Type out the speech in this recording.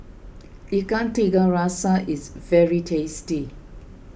Ikan Tiga Rasa is very tasty